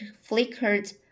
flickered